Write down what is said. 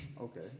Okay